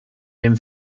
dem